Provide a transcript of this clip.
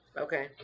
okay